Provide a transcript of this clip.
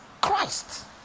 Christ